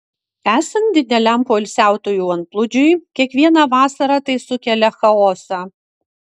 esant dideliam poilsiautojų antplūdžiui kiekvieną vasarą tai sukelia chaosą